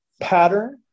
pattern